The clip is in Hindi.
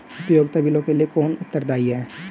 उपयोगिता बिलों के लिए कौन उत्तरदायी है?